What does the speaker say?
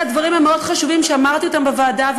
אלה הדברים המאוד-חשובים שאמרתי בוועדה,